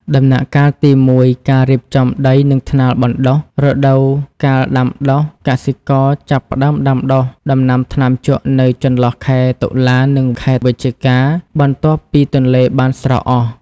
ដំណាក់កាលទី ១ ការរៀបចំដី និងថ្នាលបណ្ដុះ រដូវកាលដាំដុះ កសិករចាប់ផ្ដើមដាំដុះដំណាំថ្នាំជក់នៅចន្លោះខែតុលា និងខែវិច្ឆិកា បន្ទាប់ពីទឹកទន្លេបានស្រកអស់។